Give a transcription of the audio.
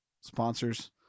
Sponsors